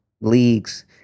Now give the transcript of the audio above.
leagues